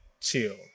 chill